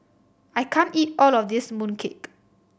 I can't eat all of this mooncake